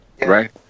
Right